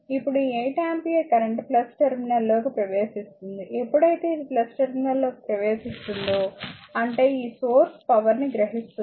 ఇప్పుడు ఈ 8 ampere current terminal లోకి ప్రవేశిస్తుందిఎప్పుడయితే ఇది టెర్మినల్ లోకి ప్రవేశిస్తుందో అంటే ఈ సోర్స్ పవర్ ని గ్రహిస్తుంది